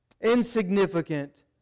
insignificant